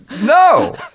No